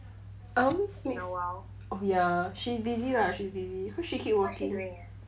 I only mix ya she's busy lah she's busy cause she keep working